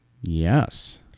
yes